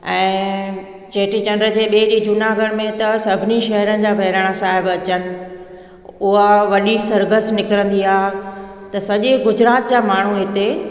ऐं चेटी चंड जे डेरी जुनागढ़ में त सभिनी शहरनि जा बहिराणा साहिब अचनि उहा वॾी सरगस निकिरंदी आहे त सॼे गुजरात जा माण्हू हिते